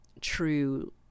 true